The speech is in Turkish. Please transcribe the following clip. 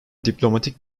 diplomatik